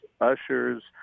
ushers